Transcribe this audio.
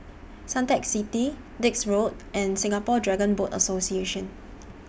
Suntec City Dix Road and Singapore Dragon Boat Association